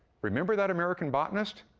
remember that american botanist,